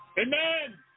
Amen